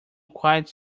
quite